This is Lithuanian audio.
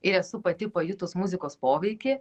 ir esu pati pajutus muzikos poveikį